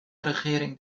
regering